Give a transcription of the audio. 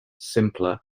simpler